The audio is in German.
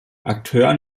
akteur